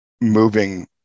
moving